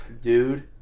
Dude